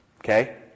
Okay